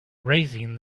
raising